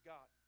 God